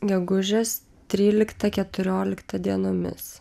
gegužės trylikta keturiolikta dienomis